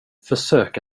försök